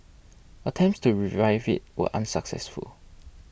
attempts to revive it were unsuccessful